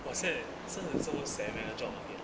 !wahseh! 真的真么 sei meh job market